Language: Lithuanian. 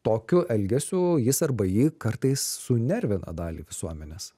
tokiu elgesiu jis arba ji kartais sunervina dalį visuomenės